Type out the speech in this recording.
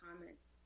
comments